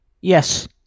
Yes